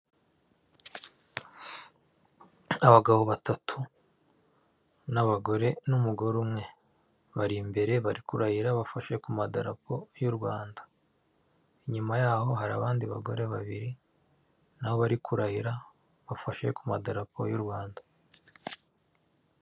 Abagabo batatu n'umugore umwe bari imbere bari kurahira bafashe ku madarapo y'u Rwanda. Inyuma yabo hari abandi bagore babiri nabo bari kurahira bafashe ku madarapo y'u Rwanda.